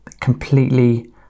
Completely